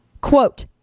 Quote